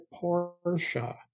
porsche